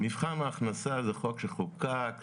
מבחן ההכנסה זה חוק שחוקק,